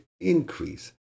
increase